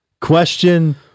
question